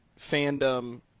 fandom